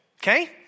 Okay